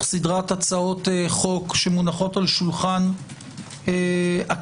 סדרת הצעות חוק שמונחות על שולחן הכנסת